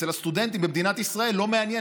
שלא מעניין סטודנטים במדינת ישראל לנהל